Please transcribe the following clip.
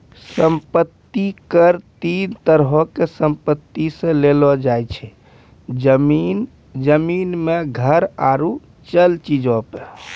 सम्पति कर तीन तरहो के संपत्ति से लेलो जाय छै, जमीन, जमीन मे घर आरु चल चीजो पे